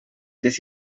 this